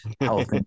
health